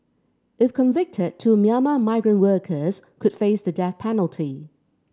if convicted two Myanmar migrant workers could face the death penalty